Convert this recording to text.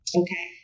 okay